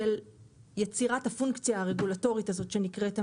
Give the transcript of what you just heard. יצירת הפונקציה הרגולטורית הזאת שנקראת הממונה,